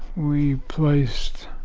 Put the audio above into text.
we placed